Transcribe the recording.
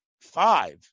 Five